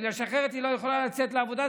אחרת היא לא יכולה לצאת לעבודה,